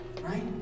Right